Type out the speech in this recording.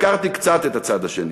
הכרתי קצת את הצד השני,